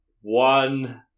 one